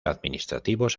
administrativos